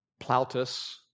Plautus